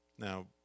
Now